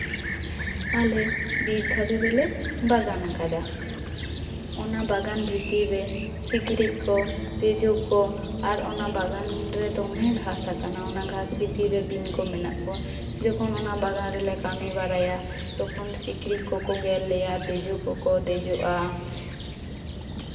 ᱟᱞᱮ ᱵᱤᱨ ᱫᱷᱟᱨᱮ ᱨᱮᱞᱮ ᱵᱟᱜᱟᱱ ᱟᱠᱟᱫᱟ ᱚᱱᱟ ᱵᱟᱜᱟᱱ ᱵᱷᱤᱛᱨᱤ ᱨᱮ ᱠᱤᱥᱲᱤᱡ ᱠᱚ ᱛᱤᱡᱩ ᱠᱚ ᱟᱨ ᱚᱱᱟ ᱵᱟᱜᱟᱱ ᱨᱮ ᱫᱚᱢᱮ ᱜᱷᱟᱥ ᱟᱠᱟᱱᱟ ᱜᱷᱟᱥ ᱵᱷᱤᱛᱤᱨ ᱨᱮ ᱵᱤᱧ ᱠᱚ ᱢᱮᱱᱟᱜ ᱠᱚᱣᱟ ᱡᱚᱠᱷᱚᱱ ᱚᱱᱟ ᱵᱟᱜᱟᱱ ᱨᱮᱞᱮ ᱠᱟᱹᱢᱤ ᱵᱟᱲᱟᱭᱟ ᱛᱚᱠᱷᱚᱱ ᱥᱤᱠᱲᱤᱪ ᱠᱚᱠᱚ ᱜᱮᱨ ᱞᱮᱭᱟ ᱛᱤᱡᱩ ᱠᱚᱠᱚ ᱫᱮᱡᱚᱜᱼᱟ